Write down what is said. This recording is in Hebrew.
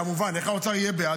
כמובן, איך האוצר יהיה בעד?